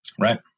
Right